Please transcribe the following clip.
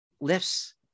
lifts